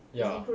ya